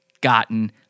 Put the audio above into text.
gotten